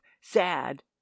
sad